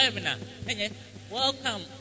Welcome